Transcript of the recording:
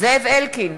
זאב אלקין,